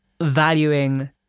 valuing